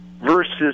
versus